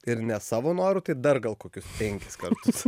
ir ne savo noru tai dar gal kokius penkis kartus